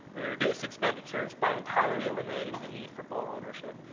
we reduce expenditures by entirely eliminating the need for bull ownership.